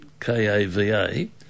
K-A-V-A